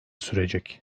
sürecek